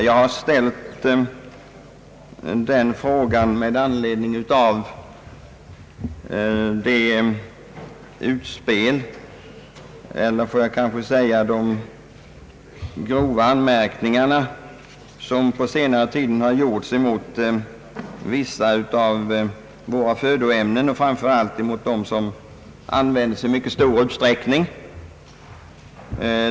Jag har ställt min fråga med anledning av de utspel eller, får jag kanske säga, de grova anmärkningar som på senare tid har gjorts mot vissa av våra födoämnen, framför allt mot dem som användes i stor utsträckning.